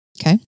okay